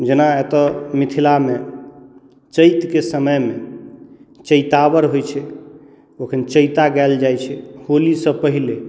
जेना एतऽ मिथिलामे चैतके समयमे चैतावर होइ छै ओ एखन चैता गाएल जाइ छै होलीसँ पहिले